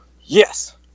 Yes